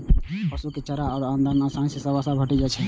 पशु कें चारा आ दाना सं आसानी सं वसा भेटि जाइ छै